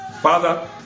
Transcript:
Father